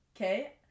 Okay